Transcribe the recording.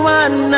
one